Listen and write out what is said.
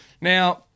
Now